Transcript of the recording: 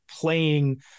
playing